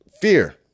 fear